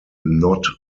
not